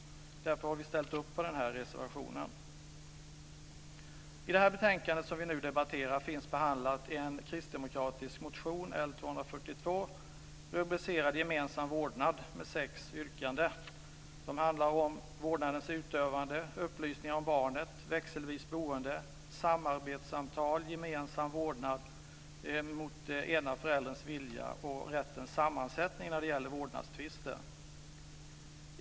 Vi har därför ställt upp på denna reservation. I det betänkande som vi nu debatterar behandlas en kristdemokratisk motion, L242, rubricerad Gemensam vårdnad. Motionen innehåller sex yrkanden som handlar om vårdnadens utövande, upplysningar om barnet, växelvis boende, samarbetssamtal, gemensam vårdnad mot ena förälderns vilja och rättens sammansättning när det gäller vårdnadstvister.